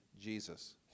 Jesus